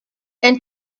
and